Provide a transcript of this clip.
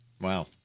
Wow